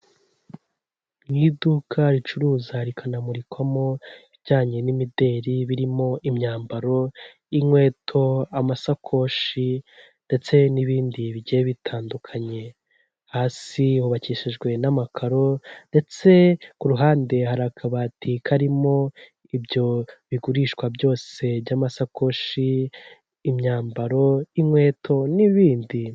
Mu iduka ricuruza rikanamurikwamo ibijyanye n'imideli; birimo imyambaro, inkweto, amasakoshi ndetse n'ibindi bigiye bitandukanye; hasi hubakishijwe n'amakaro ndetse ku ruhande hari akabati karimo ibyo bigurishwa byose; by'amasakoshi, imyambaro, inkweto n'ibindi.